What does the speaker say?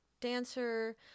Dancer